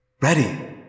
Ready